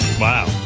Wow